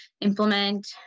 implement